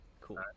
cool